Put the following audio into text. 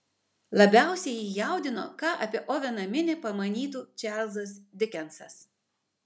labiausiai jį jaudino ką apie oveną minį pamanytų čarlzas dikensas